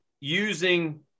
using